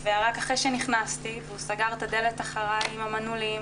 ורק אחרי שנכנסתי והוא סגר את הדלת אחריי עם המנעולים,